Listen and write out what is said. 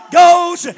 goes